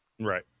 Right